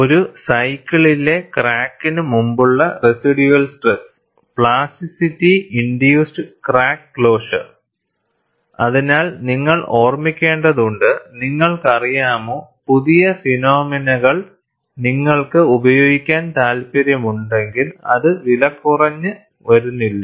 ഒരു സൈക്കിളിലെ ക്രാക്കിന് മുമ്പുള്ള residual stress plasticity induced crack closure അതിനാൽ നിങ്ങൾ ഓർമ്മിക്കേണ്ടതുണ്ട് നിങ്ങൾക്കറിയാമോ പുതിയ ഫിനോമിനകൾ നിങ്ങൾക്ക് ഉപയോഗിക്കാൻ താൽപ്പര്യമുണ്ടെങ്കിൽ അത് വിലകുറഞ്ഞ് വരുന്നില്ല